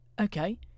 Okay